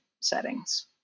settings